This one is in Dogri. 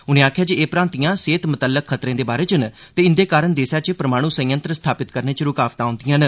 उनें आखेआ जे एह भ्रांतियां सेहत मतल्लक खतरें दे बारै च न ते इंदे कारण देसै च परमाणु संयंत्र स्थापित करने च रूकावटां औंदिआं न